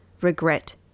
regret